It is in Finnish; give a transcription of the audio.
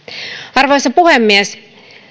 arvoisa puhemies